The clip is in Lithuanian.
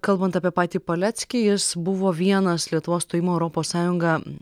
kalbant apie patį paleckį jis buvo vienas lietuvos stojimo į europos sąjungą